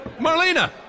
Marlena